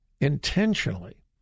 intentionally